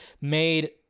made